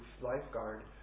lifeguard